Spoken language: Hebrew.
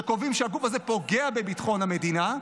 שקובעים שהגוף הזה פוגע בביטחון המדינה,